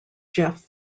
jeff